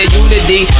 unity